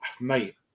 mate